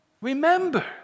remember